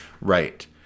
Right